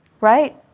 right